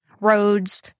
roads